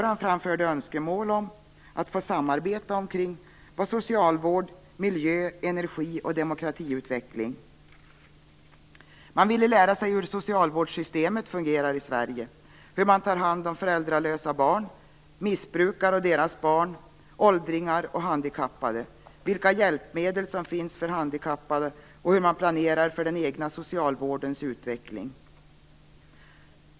Han framförde önskemål om att få samarbeta kring socialvård, miljö, energi och demokratiutveckling. Man ville lära sig hur socialvårdssystemet fungerar i Sverige, hur man tar hand om föräldralösa barn, missbrukare och deras barn, åldringar och handikappade, vilka hjälpmedel som finns för handikappade och hur man planerar för den egna socialvårdens utveckling.